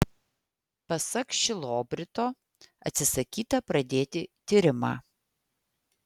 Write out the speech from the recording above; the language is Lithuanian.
pasak šilobrito atsisakyta pradėti tyrimą